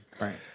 Right